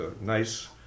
nice